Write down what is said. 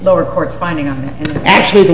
lower court's finding on actually the